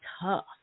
tough